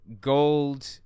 gold